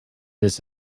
this